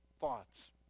thoughts